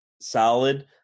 solid